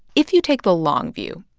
if you take the long view,